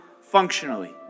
functionally